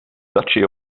duchy